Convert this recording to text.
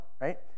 right